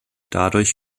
dadurch